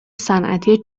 صنعتی